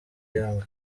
young